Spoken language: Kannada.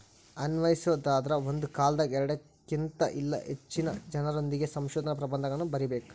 ಅನ್ವಯಿಸೊದಾದ್ರ ಒಂದ ಕಾಲದಾಗ ಎರಡಕ್ಕಿನ್ತ ಇಲ್ಲಾ ಹೆಚ್ಚಿನ ಜನರೊಂದಿಗೆ ಸಂಶೋಧನಾ ಪ್ರಬಂಧಗಳನ್ನ ಬರಿಬೇಕ್